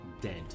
dead